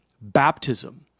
baptism